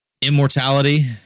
Immortality